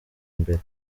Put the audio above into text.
imbere